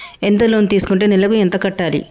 ఎంత లోన్ తీసుకుంటే నెలకు ఎంత కట్టాలి?